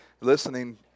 listening